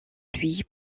lui